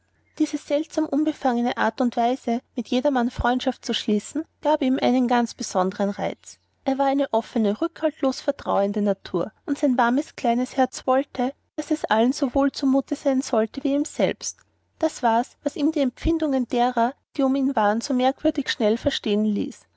diese seltsam unbefangene art und weise mit jedermann freundschaft zu schließen gab ihm einen ganz eigenartigen reiz er war eine offne rückhaltslos vertrauende natur und sein warmes kleines herz wollte daß es allen so wohl zu mute sein solle wie ihm selbst das war's was ihn die empfindungen derer die um ihn waren so merkwürdig schnell verstehen ließ